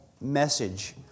message